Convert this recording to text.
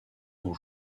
sont